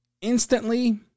instantly